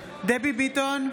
דבי ביטון,